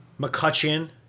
McCutcheon